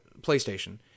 PlayStation